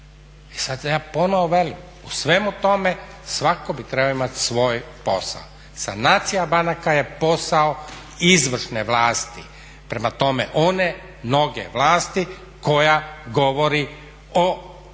sada ja ponovo velim, u svemu tome svako bi trebao imati svoj posao. Sanacija banaka je posao izvršne vlasti, prema tome one noge vlasti koja govori o